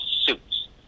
Suits